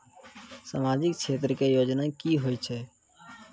समाजिक क्षेत्र के योजना की होय छै?